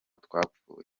twapfuye